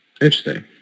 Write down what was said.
Interesting